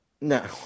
No